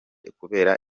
kubera